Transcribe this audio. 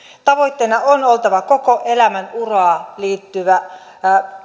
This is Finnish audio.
tavoitteena on oltava koko elämän uraan liittyvä